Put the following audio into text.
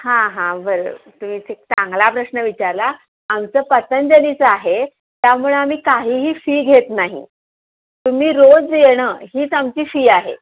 हां हां बरं तुम्ही चांगला प्रश्न विचारला आमचं पतंजलीचं आहे त्यामुळं आम्ही काहीही फी घेत नाही तुम्ही रोज येणं हीच आमची फी आहे